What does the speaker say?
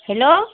hello